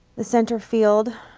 the center field,